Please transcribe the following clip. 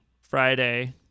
Friday